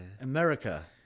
America